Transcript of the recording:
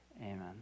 Amen